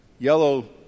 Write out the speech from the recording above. yellow